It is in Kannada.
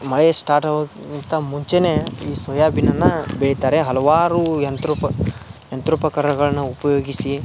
ಮಳೆ ಸ್ಟಾಟ್ ಆಗೋಕ್ಕಿಂತ ಮುಂಚೆಯೇ ಈ ಸೊಯಾಬೀನನ್ನು ಬೆಳಿತಾರೆ ಹಲವಾರು ಯಂತ್ರೋಪ ಯಂತ್ರೋಪಕರಗಳನ್ನು ಉಪಯೋಗಿಸಿ